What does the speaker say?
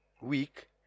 week